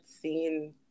seen